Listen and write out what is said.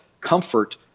comfort